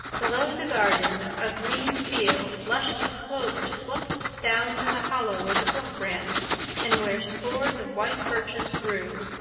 below the garden a green field lush with clover sloped down to the hollow where the brook ran and where scores of white birches grew,